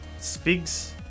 Spigs